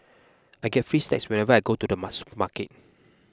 I get free snacks whenever I go to the supermarket